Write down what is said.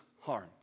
harm